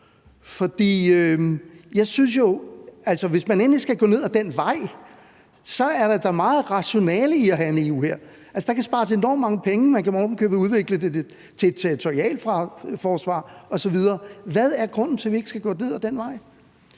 hvis man endelig skal gå ned ad den vej, så er der da meget rationale i at have en EU-hær. Altså, der kan spares enormt mange penge; man kan ovenikøbet udvikle det til et territorialforsvar osv. Hvad er grunden til, at vi ikke skal gå ned ad den vej?